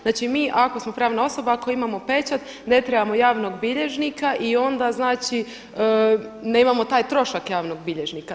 Znači, mi ako smo pravna osoba, ako imamo pečat ne trebamo javnog bilježnika i onda znači nemamo taj trošak javnog bilježnika.